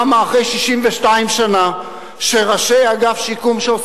למה אחרי 62 שנה שראשי אגף שיקום,